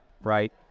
right